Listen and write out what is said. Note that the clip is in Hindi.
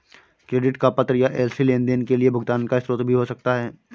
क्रेडिट का पत्र या एल.सी लेनदेन के लिए भुगतान का स्रोत भी हो सकता है